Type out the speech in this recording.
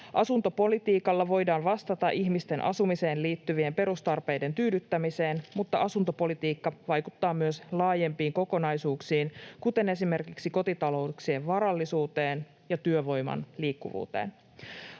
Asuntopolitiikalla voidaan vastata ihmisten asumiseen liittyvien perustarpeiden tyydyttämiseen, mutta asuntopolitiikka vaikuttaa myös laajempiin kokonaisuuksiin, esimerkiksi kotitalouksien varallisuuteen ja työvoiman liikkuvuuteen.